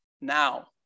now